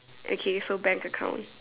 okay so bank account